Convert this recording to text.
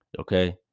okay